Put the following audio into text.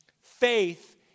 faith